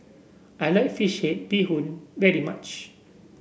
I like fish head Bee Hoon very much